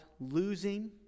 losing